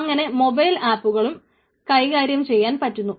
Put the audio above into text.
അങ്ങനെ മൊബൈൽ ആപ്പുകളും കൈകാര്യം ചെയ്യാൻ പറ്റുന്നു